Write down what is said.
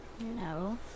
No